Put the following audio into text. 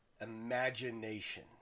imagination